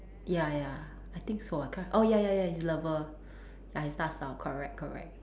ya ya I think so I can't oh ya ya ya his lover ya his 大嫂 correct correct